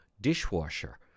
dishwasher